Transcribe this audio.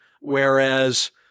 whereas